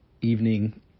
evening